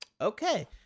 Okay